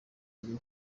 rwo